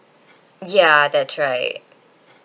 ya that's right